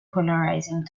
polarizing